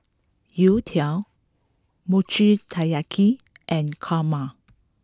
Youtiao Mochi Taiyaki and Kurma